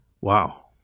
Wow